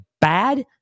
bad